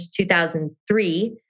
2003